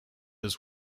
his